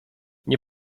nie